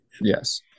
yes